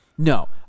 No